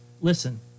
listen